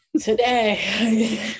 Today